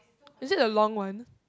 is it the long one